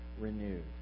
renewed